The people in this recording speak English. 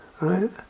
Right